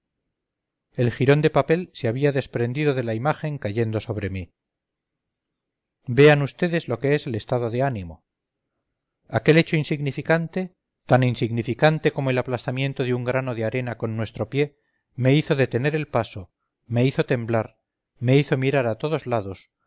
el jirón de papel se había desprendido de la imagen cayendo sobre mí vean vds lo que es el estado del ánimo aquel hecho insignificante tan insignificante como el aplastamiento de un grano de arena con nuestro pie me hizo detener el paso me hizo temblar me hizo mirar a todos lados